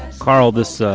karl, this